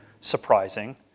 surprising